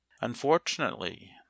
Unfortunately